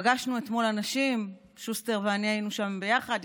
פגשנו אתמול אנשים, שוסטר ואני היינו שם ביחד.